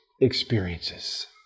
experiences